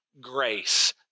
grace